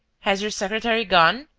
has your secretary gone?